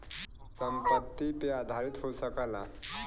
संपत्ति पे आधारित हो सकला